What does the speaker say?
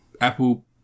apple